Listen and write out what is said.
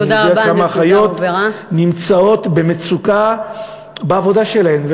אני יודע כמה אחיות נמצאות במצוקה בעבודה שלהן.